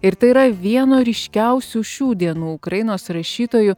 ir tai yra vieno ryškiausių šių dienų ukrainos rašytojų